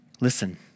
Listen